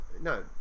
No